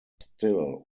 still